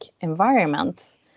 environment